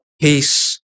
Peace